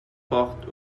porte